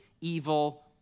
evil